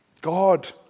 God